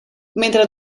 mentre